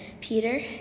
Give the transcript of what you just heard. Peter